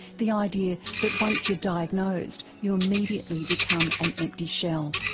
the idea that once you're diagnosed you immediately become an empty shell.